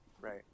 Right